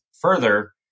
further